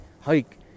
hike